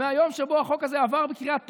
מהיום שבו החוק הזה עבר בקריאה טרומית.